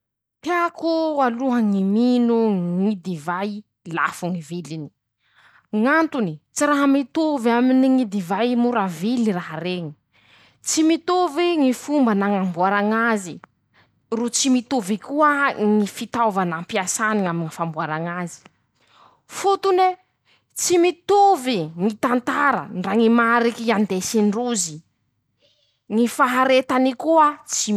Teako aloha ñy mino ñy divay lafo ñy viliny. ñ'antony: -Tsy raha mitovy aminy ñy divay mora vily raha reñy; tsy mitovy ñy fomba nañamboara ñ'azy. ro tsy mitovy koa ñy fitaova nampiasàny ñy amy ñy famboara ñ'azy. fotone. tsy mitovy ñy tantara ndra ñy mariky andesin-drozy. ñy faharetany koa tsy mitovy.